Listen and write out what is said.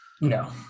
No